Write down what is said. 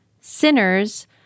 sinners